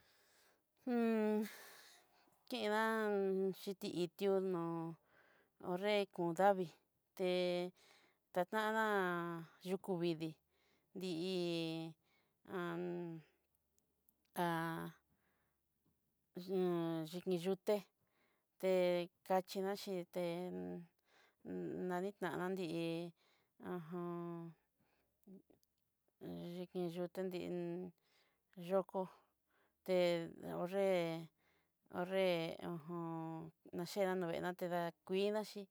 kidá'an xhiti'itio nó hio'nré kondavii, té tatadán yukú vidii í a yi'i yuté tekachiná xhité nanitanádi'i ajan, yikiyuté din'in yuko te ho' nré ho'nré ho jom, naxhinanové natida kuiinaxí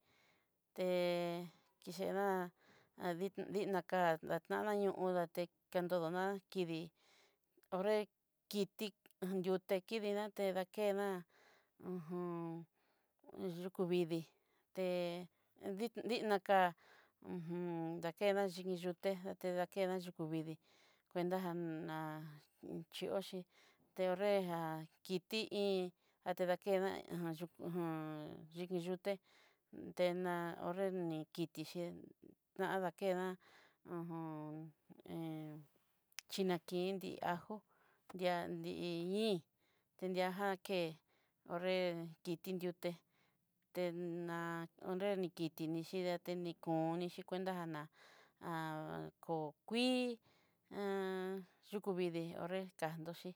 té kicheda'a a di adinaka detañanó hón daté kandononá kindíí, nré kiti yuté kidinaté nakená'a kuvidii te di- dinaka dakenaxhi xhini yuté ta dekena yukú vidii, kuentaná xhioxí, te ho'nreja kiti iin datedakená aja yukú jan yiki yuté tená ho'nré ní kitixhé adakená inakendí ajó di'a i'iin, tadiajan ken ho'nré kiti nriuté te ná honre nikiti ni xhíi ni dáte nikoní kuentaná'a kuii kú vidii ho'nre kandoxhí.